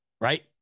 Right